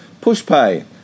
Pushpay